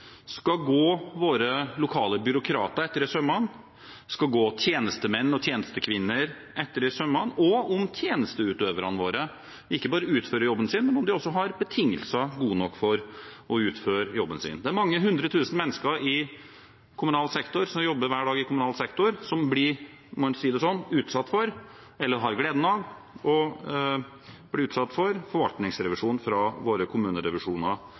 skal gå våre lokale byråkrater etter i sømmene, skal gå tjenestemenn og tjenestekvinner etter i sømmene og se på om tjenesteutøverne våre ikke bare utfører jobben sin, men også om de har betingelser gode nok til å utføre den. Det er mange hundre tusen mennesker som hver dag jobber i kommunal sektor, som – om man sier det sånn – blir utsatt for, eller som har gleden av å bli utsatt for, forvaltningsrevisjon av våre kommunerevisjoner